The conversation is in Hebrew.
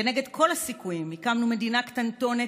כנגד כל הסיכויים הקמנו מדינה קטנטונת